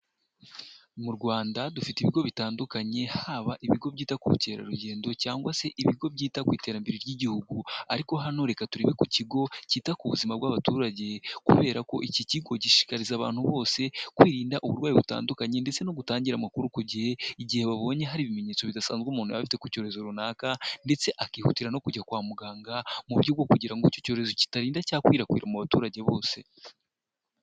Mu Rwanda dufite ibigo bitandukanye, haba ibigo byita ku bukerarugendo cyangwa se ibigo byita ku iterambere ry'Igihugu. Ariko hano reka turebe ku kigo cyita ku buzima bw'abaturage, kubera ko iki kigo gishishikariza abantu bose kwirinda uburwayi butandukanye, ndetse no gutangira amakuru ku gihe, igihe babonye hari ibimenyetso bidasanzwe, umuntu yaba afite ku cyorezo runaka, ndetse akihutira no kujya kwa muganga, mu buryo bwo kugira ngo icyo cyorezo kitarinda cyakwirakwira mu baturage bose.